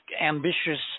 ambitious